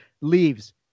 leaves